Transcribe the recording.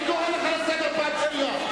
אני קורא לך לסדר פעם שנייה.